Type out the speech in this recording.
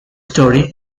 story